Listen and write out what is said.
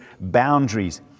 boundaries